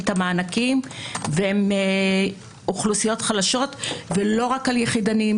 את המענקים שהן אוכלוסיות חלשות ולא רק על הורים יחידנים,